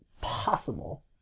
possible